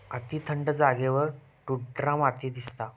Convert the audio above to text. अती थंड जागेवर टुंड्रा माती दिसता